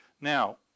Now